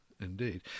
Indeed